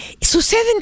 Suceden